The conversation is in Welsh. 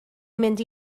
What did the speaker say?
mynd